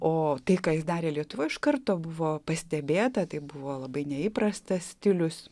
o tai ką jis darė lietuvoj iš karto buvo pastebėta tai buvo labai neįprastas stilius